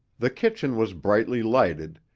the kitchen was brightly lighted,